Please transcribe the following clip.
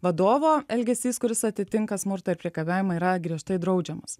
vadovo elgesys kuris atitinka smurtą ir priekabiavimą yra griežtai draudžiamas